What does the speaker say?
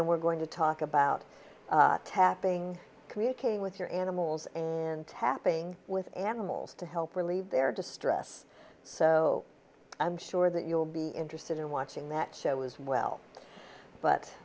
and we're going to talk about tapping communicating with your animals and tapping with animals to help relieve their distress so i'm sure that you will be interested in watching that show was well but